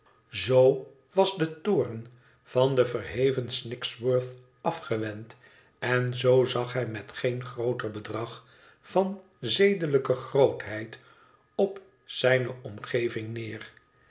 zoo was de toorn van den verheven snigsworth afgewend en zoo zag hij met geengrooter bedrag van zedelijke grootheid op zijne omgeving neer